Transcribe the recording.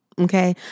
Okay